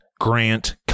Grant